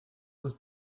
was